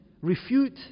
refute